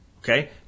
Okay